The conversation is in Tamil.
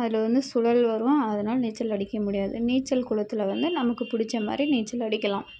அதில் வந்து சுழல் வரும் அதனால நீச்சல் அடிக்க முடியாது நீச்சல் குளத்தில் வந்து நமக்கு பிடிச்ச மாதிரி நீச்சல் அடிக்கலாம்